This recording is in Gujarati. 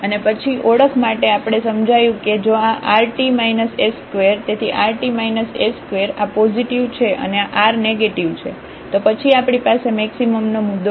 અને પછી ઓળખ માટે આપણે સમજાયું કે જો આ rt s2 તેથીrt s2 આ પોઝિટિવ છે અને આ r નેગેટીવ છે તો પછી આપણી પાસે મેક્સિમમનો મુદ્દો છે